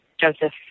Joseph